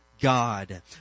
God